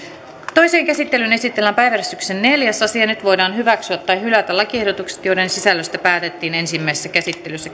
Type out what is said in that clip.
toiseen käsittelyyn esitellään päiväjärjestyksen neljäs asia nyt voidaan hyväksyä tai hylätä lakiehdotukset joiden sisällöstä päätettiin ensimmäisessä käsittelyssä